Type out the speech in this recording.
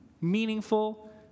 meaningful